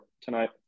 tonight